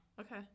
Okay